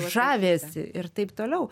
žavisi ir taip toliau